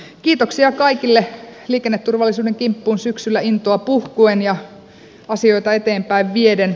kiitoksia kaikille liikenneturvallisuuden kimppuun syksyllä intoa puhkuen ja asioita eteenpäin vieden